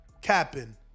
capping